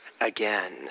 again